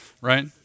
right